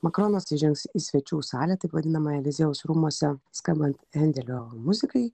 makronas įžengs į svečių salę taip vadinamą eliziejaus rūmuose skambant hendelio muzikai